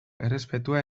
errespetua